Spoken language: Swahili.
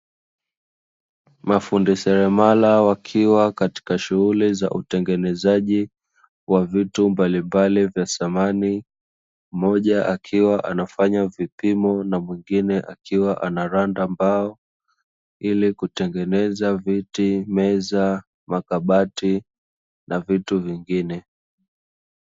Mafundi seremala wakiwa katika shughuli za utengenezaji wa vitu mbalimbali vya samani. Mmoja akiwa anafanya vipimo na mwingine akiwa anaranda mbao ili kutengeneza: viti, meza, makabati na vitu vingine.